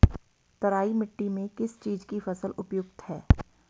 तराई मिट्टी में किस चीज़ की फसल उपयुक्त है?